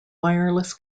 wireless